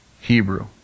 Hebrew